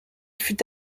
fut